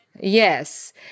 Yes